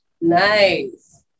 Nice